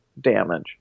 damage